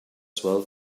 swell